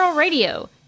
Radio